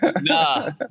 Nah